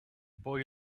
boy